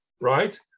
right